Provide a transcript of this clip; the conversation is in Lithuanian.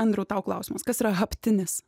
andriau tau klausimas kas yra haptinis